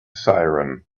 siren